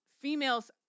females